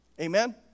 Amen